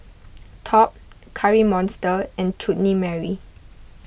Top Curry Monster and Chutney Mary